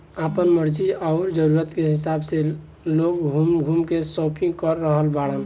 आपना मर्जी अउरी जरुरत के हिसाब से लोग घूम घूम के शापिंग कर रहल बाड़न